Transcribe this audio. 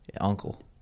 Uncle